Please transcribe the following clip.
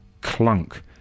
clunk